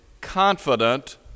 confident